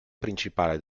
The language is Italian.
principale